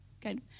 good